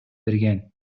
берген